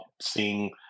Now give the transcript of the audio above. seeing